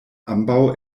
ambaŭ